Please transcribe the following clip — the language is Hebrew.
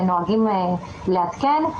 נוהגים לעדכן.